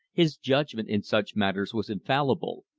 his judgment in such matters was infallible,